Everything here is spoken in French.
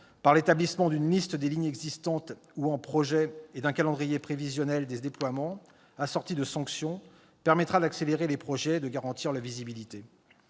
par l'établissement d'une liste des lignes existantes ou en projet et d'un calendrier prévisionnel des déploiements, assortis de sanctions éventuelles, permettra d'accélérer les projets et de garantir leur visibilité.